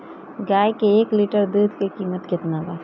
गाए के एक लीटर दूध के कीमत केतना बा?